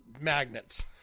magnets